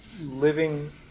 Living